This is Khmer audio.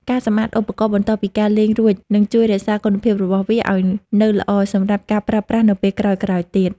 ការសម្អាតឧបករណ៍បន្ទាប់ពីការលេងរួចនឹងជួយរក្សាគុណភាពរបស់វាឱ្យនៅល្អសម្រាប់ការប្រើប្រាស់នៅពេលក្រោយៗទៀត។